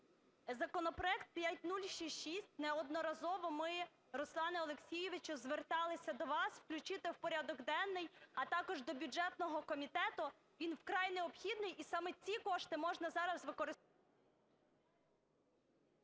Законопроект 5066 неодноразово ми, Руслане Олексійовичу, зверталися до вас включити в порядок денний, а також до бюджетного комітету, він вкрай необхідний і саме ці кошти можна зараз… ГОЛОВУЮЧИЙ.